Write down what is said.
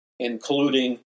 including